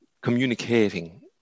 communicating